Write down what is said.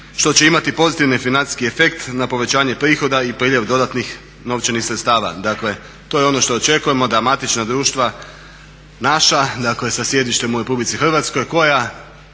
što će imati pozitivan financijski efekt na povećanje prihoda i priljev dodatnih novčanih sredstava. Dakle, to je ono što očekujemo da matična društva naša dakle sa sjedištem u RH koja